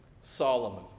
Solomon